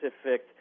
specific